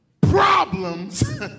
Problems